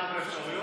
אחת האפשרויות?